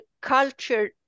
culture